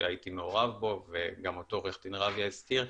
שהייתי מעורב בו וגם אותו עורך הדין רביה הזכיר.